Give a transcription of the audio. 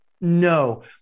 No